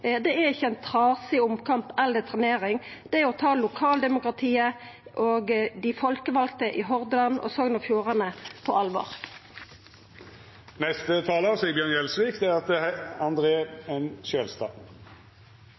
er ikkje ein trasig omkamp eller trenering, det er å ta lokaldemokratiet og dei folkevalde i Hordaland og Sogn og Fjordane på alvor.